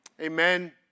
Amen